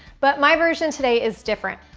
but my version today is different.